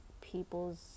people's